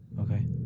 Okay